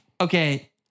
Okay